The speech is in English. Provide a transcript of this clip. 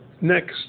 Next